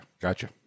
Gotcha